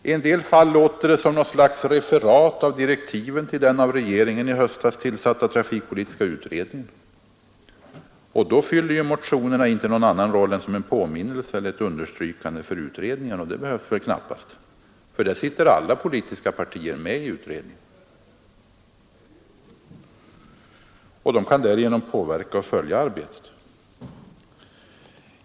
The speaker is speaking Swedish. I en del fall låter det som något slags referat av direktiven till den av regeringen i höstas tillsatta trafikpolitiska utredningen. Då fyller motionerna inte någon annan roll än som en påminnelse eller ett understrykande för utredningen, och det behövs väl knappast. Alla politiska partier sitter ju med i utredningen och kan därigenom påverka och följa arbetet.